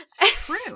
True